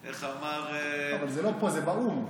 איך אמר, אבל זה לא פה, זה באו"ם.